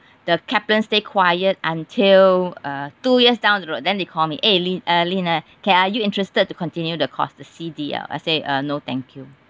the Kaplan stay quiet until uh two years down the road then they call me eh li~ uh lina okay are you interested to continue the course the C_D_L I say uh no thank you